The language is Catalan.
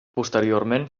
posteriorment